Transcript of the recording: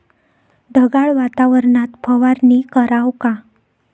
ढगाळ वातावरनात फवारनी कराव का?